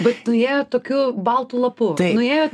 bet nuėjot tokiu baltu lapu nuėjot